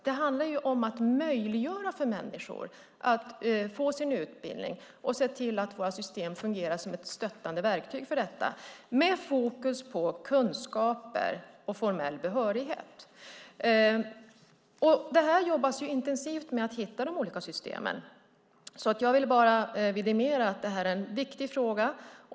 Det handlar nämligen om att möjliggöra för människor att få sin utbildning och se till att våra system fungerar som ett stöttande verktyg för detta med fokus på kunskaper och formell behörighet. Det jobbas intensivt med att hitta de olika systemen. Jag vill alltså bara vidimera att detta är en viktig fråga.